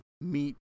meet